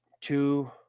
Two